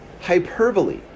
hyperbole